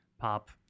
pop